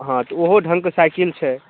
हँ तऽ ओहो ढंगके साइकिल छै